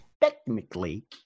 technically